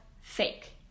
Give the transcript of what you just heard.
fake